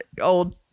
old